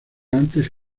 antes